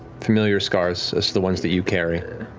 familiar scars as the ones that you carry.